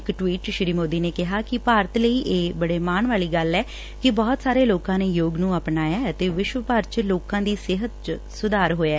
ਇਕ ਟਵੀਟ ਚ ਸ੍ਰੀ ਮੋਦੀ ਨੇ ਕਿਹਾ ਕਿ ਭਾਰਤ ਲਈ ਇਹ ਮਾਣ ਵਾਲੀ ਗੱਲ ਐ ਕਿ ਬਹੁਤ ਸਾਰੇ ਲੋਕਾਂ ਨੇ ਯੋਗ ਨੂੰ ਅਪਣਾਇਐ ਅਤੇ ਵਿਸ਼ਵ ਭਰ ਚ ਲੋਕਾਂ ਦੀ ਸਿਹਤ ਚ ਸੁਧਾਰ ਹੋਇਐ